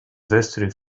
vestry